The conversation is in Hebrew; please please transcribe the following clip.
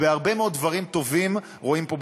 והרבה מאוד דברים טובים רואים פה,